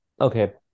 okay